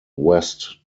west